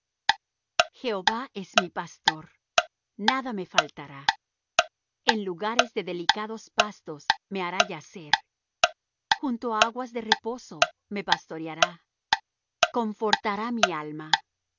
jehova es mi pastor nada me faltará en lugares de delicados pastos me hará yacer junto á aguas de reposo me pastoreará confortará mi alma